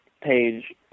page